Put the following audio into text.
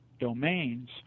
domains